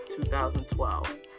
2012